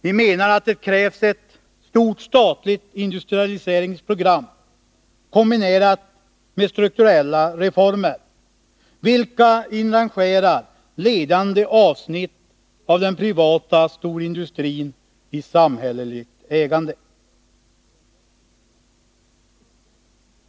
Vi menar att det krävs ett stort statligt industrialiseringsprogram, kombinerat med strukturella reformer, vilka inrangerar ledande avsnitt av den privata storindustrin i samhälleligt ägande.